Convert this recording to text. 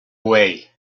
way